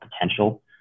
potential